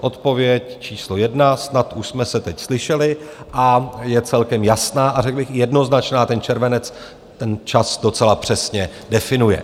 Odpověď číslo jedna, snad už jsme se teď slyšeli, a je celkem jasná a řekl bych jednoznačná, ten červenec ten čas docela přesně definuje.